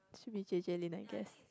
should be J_J-Lin I guess